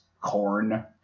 corn